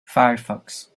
firefox